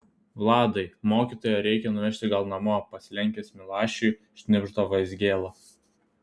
vladai mokytoją reikia nuvežti gal namo pasilenkęs milašiui šnibžda vaizgėla